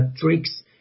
tricks